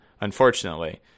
unfortunately